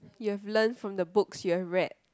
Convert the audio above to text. you have learned from the books you have read